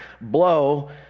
blow